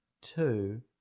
Two